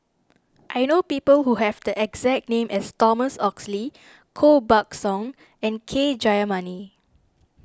I know people who have the exact name as Thomas Oxley Koh Buck Song and K Jayamani